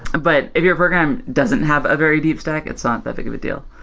but if your program doesn't have a very deep stack, it's not that big of a deal.